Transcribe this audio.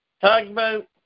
Tugboat